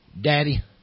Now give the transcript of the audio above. daddy